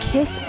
Kiss